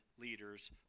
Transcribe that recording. leaders